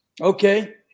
Okay